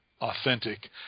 authentic